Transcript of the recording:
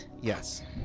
yes